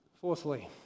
Fourthly